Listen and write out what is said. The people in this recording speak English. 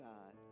God